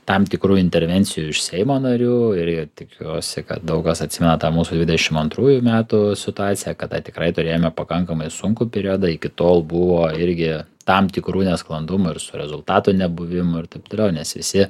tam tikrų intervencijų iš seimo narių ir tikiuosi kad daug kas atsimena tą mūsų dvidešim antrųjų metų situaciją kada tikrai turėjome pakankamai sunkų periodą iki tol buvo irgi tam tikrų nesklandumų ir su rezultatų nebuvimu ir taip toliau nes visi